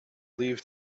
leave